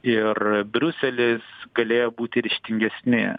ir briuselis galėjo būti ryžtingesni